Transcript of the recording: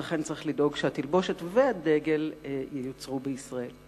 ולכן צריך לדאוג שהתלבושת והדגל ייוצרו בישראל.